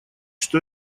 что